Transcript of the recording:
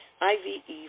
I-V-E